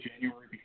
January